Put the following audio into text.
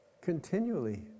continually